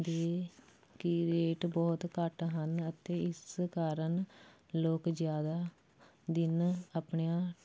ਦੇ ਕਿ ਰੇਟ ਬਹੁਤ ਘੱਟ ਹਨ ਅਤੇ ਇਸ ਕਾਰਨ ਲੋਕ ਜ਼ਿਆਦਾ ਦਿਨ ਆਪਣਿਆਂ